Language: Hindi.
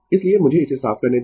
इसलिए मुझे इसे साफ करने दें